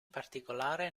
particolare